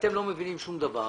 שאתם לא מבינים שום דבר